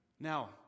Now